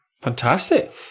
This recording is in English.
Fantastic